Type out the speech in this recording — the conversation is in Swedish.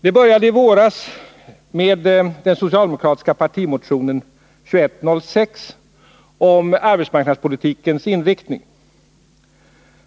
Det började i våras med den socialdemokratiska partimotionen 1980/ 81:2106 om arbetsmarknadspolitikens inriktning.